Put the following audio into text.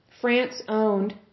France-owned